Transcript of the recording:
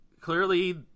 clearly